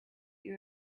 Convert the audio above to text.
you